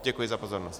Děkuji za pozornost.